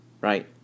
right